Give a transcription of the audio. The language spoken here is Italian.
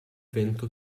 vento